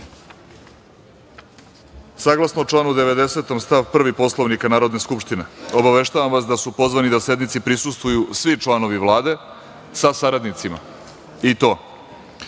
redu. Saglasno članu 90. stav 1. Poslovnika Narodne skupštine, obaveštavam vas da su pozvani da sednici prisustvuju svi članovi Vlade sa saradnicima i to: